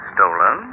Stolen